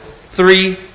three